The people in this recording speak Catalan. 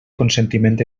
consentiment